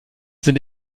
sind